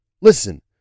Listen